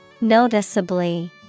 Noticeably